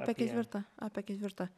apie ketvirtą apie ketvirtą